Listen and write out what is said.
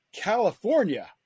California